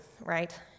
right